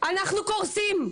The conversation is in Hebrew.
אנחנו קורסים.